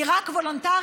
היא רק וולונטרית,